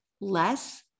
less